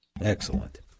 Excellent